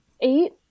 Eight